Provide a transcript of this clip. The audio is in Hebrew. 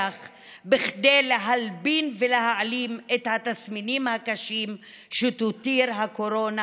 כדי להלבין ולהעלים את התסמינים הקשים שתותיר הקורונה,